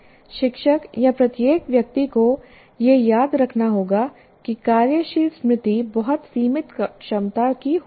शिक्षक या प्रत्येक व्यक्ति को यह याद रखना होगा कि कार्यशील स्मृति बहुत सीमित क्षमता की होती है